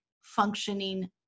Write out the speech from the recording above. functioning